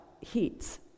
heats